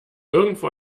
irgendwo